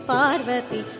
Parvati